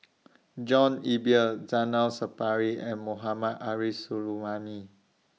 John Eber Zainal Sapari and Mohammad Arif Suhaimi